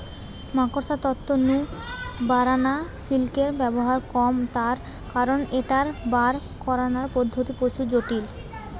মাকড়সার তন্তু নু বারানা সিল্কের ব্যবহার কম তার কারণ ঐটার বার করানার পদ্ধতি প্রচুর জটিল